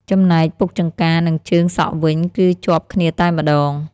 ចំណែកពុកចង្កានិងជើងសក់វិញ គឺជាប់គ្នាតែម្តង។